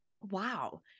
wow